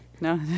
No